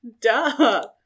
Duh